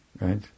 Right